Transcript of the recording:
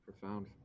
profound